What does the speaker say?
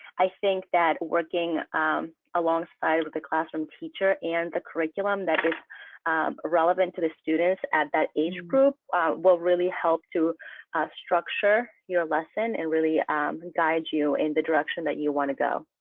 i think that working alongside with the classroom teacher and the curriculum that is relevant to the students at that age group will really help to structure your lesson and really guide you in the direction that you want to go.